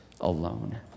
alone